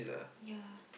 ya